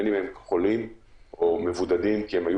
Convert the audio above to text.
בין אם הם חולים או מבודדים כי הם היו